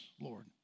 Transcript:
Lord